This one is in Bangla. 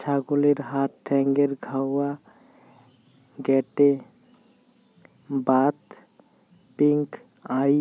ছাগলের হাত ঠ্যাঙ্গের ঘাউয়া, গেটে বাত, পিঙ্ক আই,